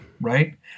Right